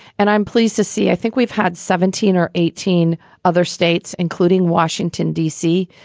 and i'm pleased to see i think we've had seventeen or eighteen other states, including washington, d c,